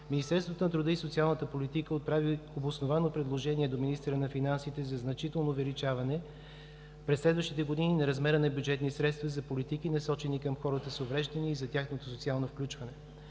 Министерството на труда и социалната политика отправи обосновано предложение до министъра на финансите за значително увеличаване през следващите години на размера на бюджетни средства за политики, насочени към хората с увреждания и за тяхното социално включване.